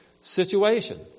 situation